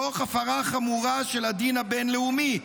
תוך הפרה חמורה של הדין הבין-לאומי.